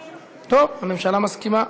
טוב, הממשלה מסכימה,